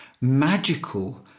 magical